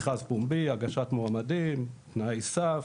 מכרז פומבי, הגשת מועמדים, תנאי סף,